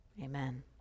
Amen